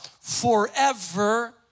forever